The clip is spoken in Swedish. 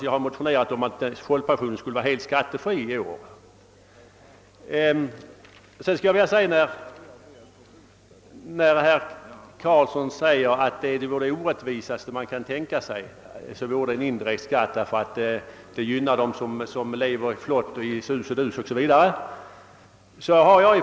Tvärtom har jag motionerat i år om att folkpensionen skall vara helt skattefri. Vidare sade herr Karlsson att indirekt skatt är något av det mest orättvisa man kan tänka sig, därför att den gynnar de människor som lever i sus och dus.